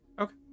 Okay